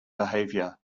behavior